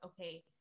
okay